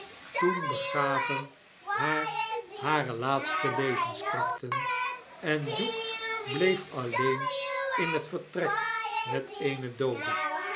toen begaven haar hare laatste levenskrachten en duke bleef alleen in het vertrek met eene doode